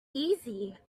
easy